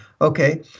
Okay